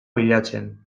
bilatzen